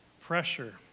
Pressure